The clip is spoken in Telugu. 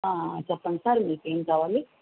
చెప్పండి సార్ మీకు ఏం కావాలి